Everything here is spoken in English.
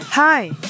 Hi